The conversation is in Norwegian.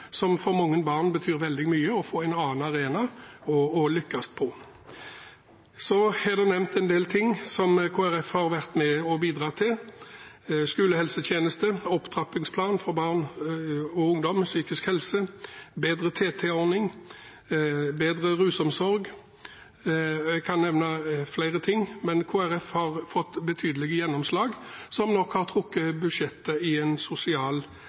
mye for mange barn å få en annen arena å lykkes på. Så er det nevnt en del ting som Kristelig Folkeparti har vært med og bidratt til: skolehelsetjeneste, opptrappingsplan for barn og ungdoms psykiske helse, bedre TT-ordning, bedre rusomsorg, og jeg kan nevne flere ting – Kristelig Folkeparti har fått betydelige gjennomslag som nok har